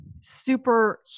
super